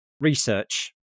research